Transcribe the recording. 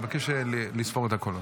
אני מבקש לספור את הקולות.